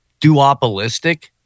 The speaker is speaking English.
duopolistic